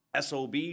SOB